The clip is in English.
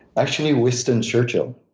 actually winston churchill.